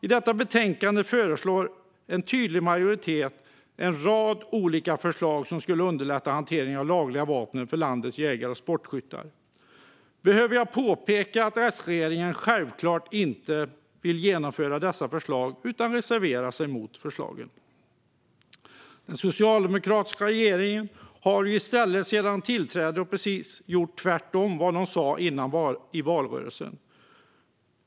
I detta betänkande föreslår en tydlig majoritet en rad olika förslag som skulle underlätta hanteringen av lagliga vapen för landets jägare och sportskyttar. Behöver jag påpeka att S-regeringen självklart inte vill genomföra dessa förslag utan reserverar sig mot dem? Den socialdemokratiska regeringen har ju sedan den tillträdde gjort precis tvärtemot vad som sas i valrörelsen.